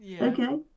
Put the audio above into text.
okay